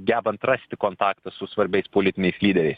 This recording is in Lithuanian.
gebant rasti kontaktą su svarbiais politiniais lyderiais